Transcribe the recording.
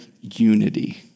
unity